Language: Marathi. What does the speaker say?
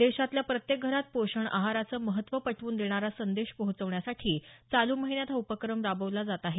देशातल्या प्रत्येक घरात पोषण आहाराचं महत्त्व पटवून देणारा संदेश पोहोचवण्यासाठी चालू महिन्यात हा उपक्रम राबवला जात आहे